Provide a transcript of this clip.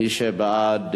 מי שבעד,